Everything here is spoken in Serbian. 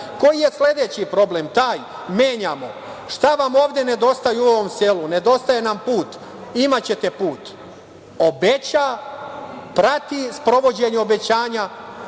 Koji je sledeći problem? Taj – menjamo. Šta vam ovde nedostaje u ovom selu? Nedostaje nam put – imaćete put. Obeća, prati sprovođenje obećanja